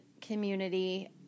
community